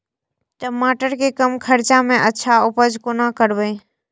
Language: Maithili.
टमाटर के कम खर्चा में अच्छा उपज कोना करबे?